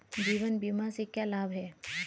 जीवन बीमा से क्या लाभ हैं?